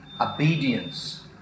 obedience